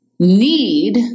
need